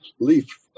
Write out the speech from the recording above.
leaf